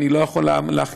אני אמרתי